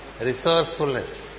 resourcefulness